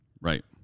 Right